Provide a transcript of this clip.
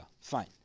Fine